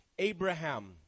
Abraham